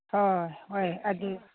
ꯍꯣꯏ ꯍꯣꯏ ꯑꯗꯨ